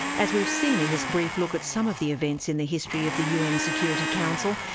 as we've seen in this brief look at some of the events in the history of the un security council,